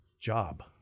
job